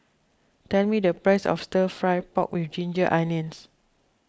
tell me the price of Stir Fry Pork with Ginger Onions